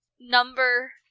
number